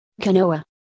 Canoa